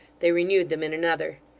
they renewed them in another.